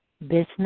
business